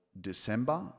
December